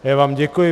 Já vám děkuji.